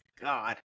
God